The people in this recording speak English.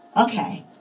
Okay